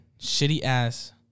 shitty-ass